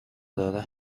داره